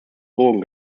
drogen